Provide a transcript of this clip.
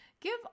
Give